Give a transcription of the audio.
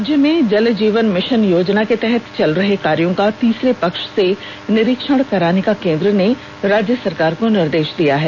राज्य में जल जीवन मिशन योजना के तहत चल रहे कार्यों का तीसरे पक्ष से निरीक्षण कराने का केंद्र ने राज्य सरकार को निर्देश दिया है